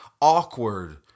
awkward